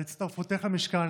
על הצטרפותך למשכן.